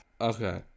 Okay